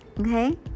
Okay